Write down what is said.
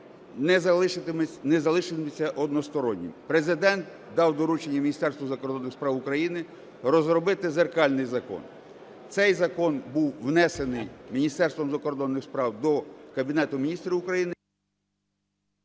не залишитиметься одностороннім, Президент дав доручення Міністерству закордонних справ України розробити дзеркальний закон. Цей закон був внесений Міністерством закордонних справ до Кабінету Міністрів України…